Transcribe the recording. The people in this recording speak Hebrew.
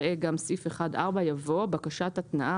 ראה גם סעיף 1.4" יבוא "בקשת התנעה,